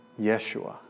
Yeshua